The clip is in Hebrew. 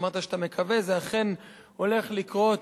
אמרת שאתה מקווה, זה אכן הולך לקרות,